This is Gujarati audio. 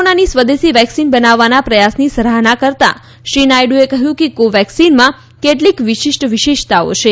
કોરાનાની સ્વદેશી વેક્સીન બનાવવાના પ્રયાસની સરાહના કરતા શ્રી નાયડુએ કહ્યું કે કોવેક્સીનમાં કેટલીક વિશિષ્ટ વિશેષતાઓ છે